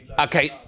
Okay